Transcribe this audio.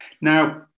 Now